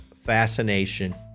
fascination